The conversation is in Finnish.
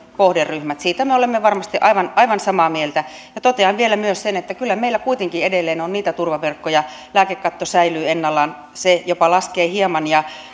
kohderyhmissä siitä me olemme varmasti aivan aivan samaa mieltä ja totean vielä myös sen että kyllä meillä kuitenkin edelleen on niitä turvaverkkoja lääkekatto säilyy ennallaan se jopa laskee hieman